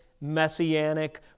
messianic